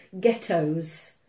ghettos